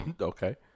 Okay